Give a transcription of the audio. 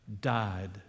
died